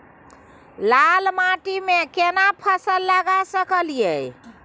लाल माटी में केना फसल लगा सकलिए?